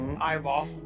Eyeball